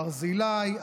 ברזילי,